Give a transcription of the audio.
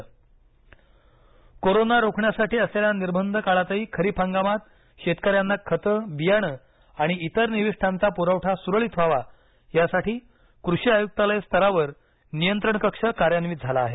खत बियाणे प्रवठा कोरोना रोखण्यासाठी असलेल्या निर्बंध काळातही खरीप हंगामात शेतकऱ्यांना खते बियाणे आणि इतर निविष्ठांचा पुरवठा सुरळीत व्हावा यासाठी कृषी आयुक्तालय स्तरावर नियंत्रण कक्ष कार्यान्वित झाला आहे